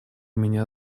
имени